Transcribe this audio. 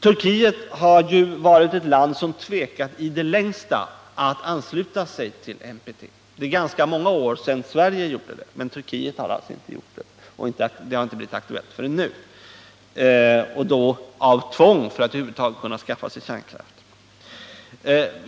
Turkiet har ju varit det land som tvekat i det längsta när det gäller att ansluta sig till NPT. Det är ganska många år sedan Sverige gjorde det, men för Turkiets del har detta inte blivit aktuellt förrän nu, och man har tvingats till det för att kunna skaffa sig kärnkraft.